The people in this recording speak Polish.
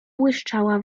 błyszczała